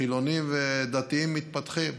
חילוניים ודתיים, מתפתחים: